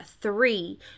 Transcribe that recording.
three